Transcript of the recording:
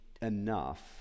enough